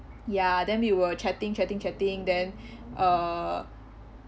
ya then we were chatting chatting chatting then uh